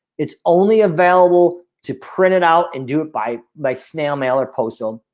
it's only available to print it out and do it by by snail mail or postal.